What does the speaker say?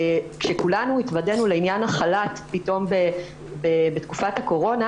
כשכולנו התוודענו לעניין החל"ת פתאום בתקופת הקורונה